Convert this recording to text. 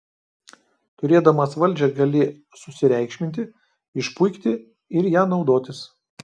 turėdamas valdžią gali susireikšminti išpuikti ir ja naudotis